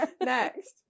Next